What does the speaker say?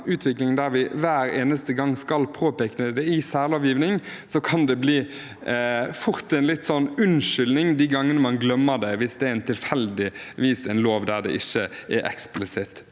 utvikling der vi hver eneste gang skal påpeke det i særlovgivning, kan det fort bli en unnskyldning de gangene man glemmer det hvis det tilfeldigvis er en lov der det ikke er eksplisitt